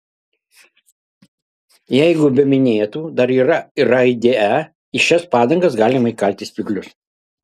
jeigu be minėtų dar yra ir raidė e į šias padangas galima įkalti spyglius